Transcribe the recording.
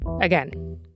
again